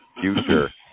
future